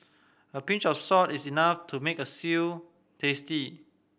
a pinch of salt is enough to make a stew tasty